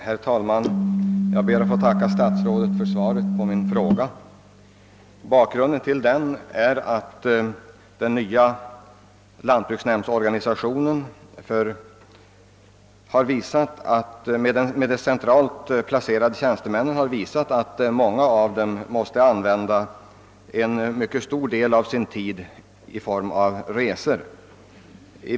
Herr talman! Jag ber att få tacka statsrådet för svaret. Bakgrunden till frågan är att den nya lantbruksnämndsorganisationen med de centralt placerade tjänstemännen visat sig leda till att de måste använda en stor del av sin tid till resor.